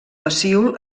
pecíol